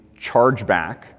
chargeback